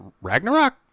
Ragnarok